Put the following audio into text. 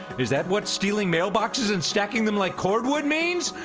is that what stealing mailboxes and stacking them like cordwood means?